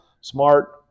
smart